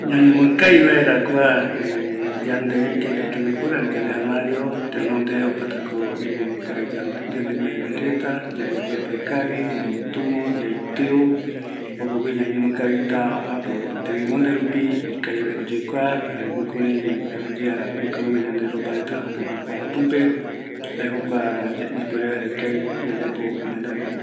Ñañono kavi vaera kua tembiporu, ani yande armario, tenonde opatako ñañono kavi yande mbae mbae reta, yambo yeapa kavi, ñamotumo, yaitɨo, jokogui ñañono kavita tembimonde rupi, ikavi vaera oyekua, jare jukurai aguiyeara oikomegua yande rembimondereta jokua japɨpe, jae jokua yayapo vaera